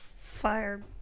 Fire